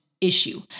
issue